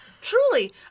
Truly